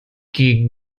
gegen